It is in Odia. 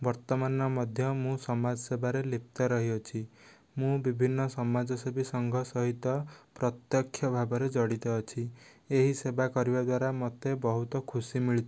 ବର୍ତ୍ତମାନ ମଧ୍ୟ ମୁଁ ସମାଜ ସେବାରେ ଲିପ୍ତ ରହିଅଛି ମୁଁ ବିଭିନ୍ନ ସମାଜସେବୀ ସଂଘ ସହିତ ପ୍ରତ୍ୟକ୍ଷ ଭାବରେ ଜଡ଼ିତ ଅଛି ଏହି ସେବା କରିବା ଦ୍ଵାରା ମୋତେ ବହୁତ ଖୁସି ମିଳିଥାଏ